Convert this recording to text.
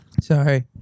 Sorry